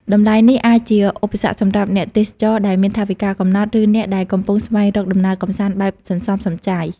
តម្លៃនេះអាចជាឧបសគ្គសម្រាប់អ្នកទេសចរដែលមានថវិកាកំណត់ ឬអ្នកដែលកំពុងស្វែងរកដំណើរកម្សាន្តបែបសន្សំសំចៃ។